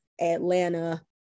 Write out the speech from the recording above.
Atlanta